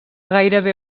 gairebé